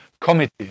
Committee